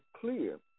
clear